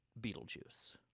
Beetlejuice